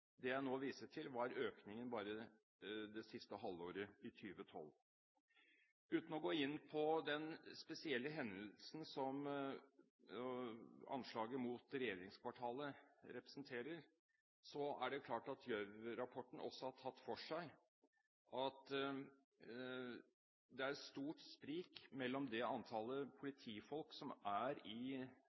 Det jeg nå viste til, var økningen bare det siste halvåret i 2012. Uten å gå inn på den spesielle hendelsen som anslaget mot regjeringskvartalet representerer, er det klart at Gjørv-rapporten også har tatt for seg at det er et stort sprik mellom det antallet politifolk som er på lønningslistene og det innsatspersonell som er operativt ute i